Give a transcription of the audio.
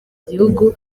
gihugu